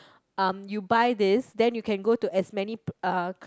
um you buy this then you can go to as many p~ uh